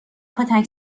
کتک